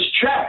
check